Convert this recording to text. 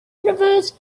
universe